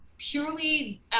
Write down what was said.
purely